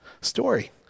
story